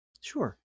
Sure